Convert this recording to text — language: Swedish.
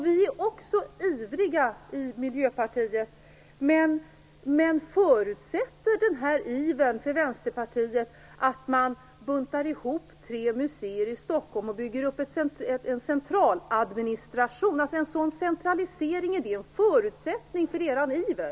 Vi i Miljöpartiet är också ivriga, men förutsätter den här ivern för Vänsterpartiets del att man buntar ihop tre museer i Stockholm och bygger upp en centraladministration? Är en sådan centralisering en förutsättning för er iver?